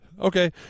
Okay